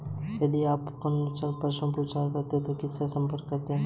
यदि आप पुनर्भुगतान योजनाओं के बारे में कोई प्रश्न पूछना चाहते हैं तो आप किससे संपर्क करते हैं?